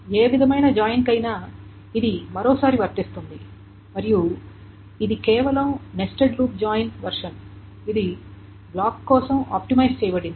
ఏ విధమైన జాయిన్కైనా ఇది మరోసారి వర్తిస్తుంది మరియు ఇది కేవలం నెస్టెడ్ లూప్ జాయిన్ వెర్షన్ ఇది బ్లాక్ కోసం ఆప్టిమైజ్ చేయబడింది